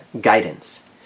guidance